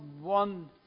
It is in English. one